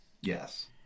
Yes